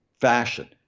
fashion